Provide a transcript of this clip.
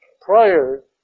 Prior